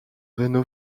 reno